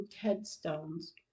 headstones